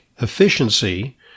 efficiency